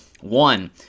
One